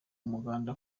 umuganda